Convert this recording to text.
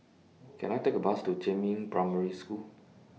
Can I Take A Bus to Jiemin Primary School